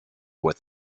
with